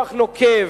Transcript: ויכוח נוקב,